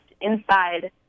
inside